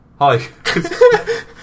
hi